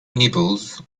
nibbles